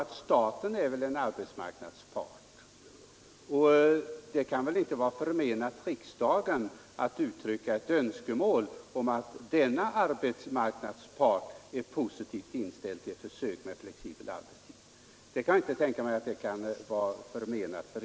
Men staten är ändå en arbetsmarknadspart, och det kan väl inte vara riksdagen förmenat att uttrycka ett önskemål om att denna arbetsmarknadspart är positivt inställd till försök med flexibel arbetstid.